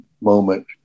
moment